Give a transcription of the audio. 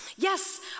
Yes